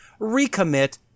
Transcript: recommit